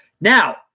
Now